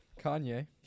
Kanye